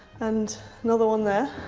and another one there.